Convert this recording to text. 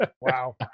Wow